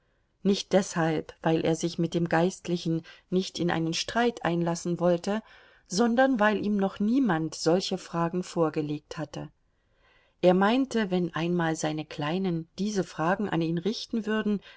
nicht deshalb weil er sich mit dem geistlichen nicht in einen streit einlassen wollte sondern weil ihm noch niemand solche fragen vorgelegt hatte er meinte wenn einmal seine kleinen diese fragen an ihn richten würden